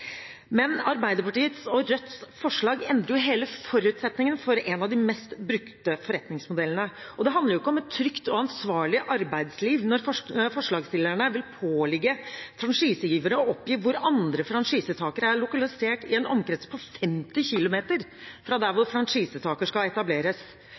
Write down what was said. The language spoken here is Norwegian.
Men Arbeiderpartiets og Rødts forslag endrer hele forutsetningen for en av de mest brukte forretningsmodellene. Det handler ikke om et trygt og ansvarlig arbeidsliv når forslagsstillerne vil pålegge franchisegivere å oppgi hvor andre franchisetakere er lokalisert i en omkrets på 50 km fra der